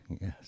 Yes